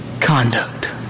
conduct